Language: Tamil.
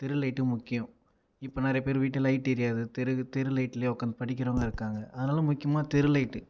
தெரு லைட்டு முக்கியம் இப்போ நிறைய பேர் வீட்டில் லைட் எரியாது தெருக்கு தெரு லைட்லேயே உட்காந்து படிக்கிறவங்க இருக்காங்க அதனால் முக்கியமாக தெரு லைட்டு